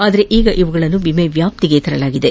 ಆದರೆ ಈಗ ಇವುಗಳನ್ನು ವಿಮೆ ವ್ಯಾಷ್ತಿಗೆ ತರಲಾಗಿದೆ